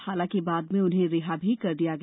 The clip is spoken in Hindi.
हालाकि बाद में उन्हें रिहा भी कर दिया गया